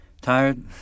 Tired